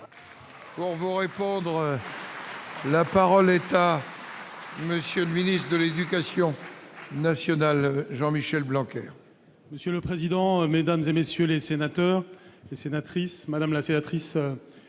Pour vous répondre, la parole est à monsieur ministre de l'éducation. Nationale Jean-Michel Blanquer. Monsieur le président, Mesdames et messieurs les sénateurs et sénatrices madame la sénatrice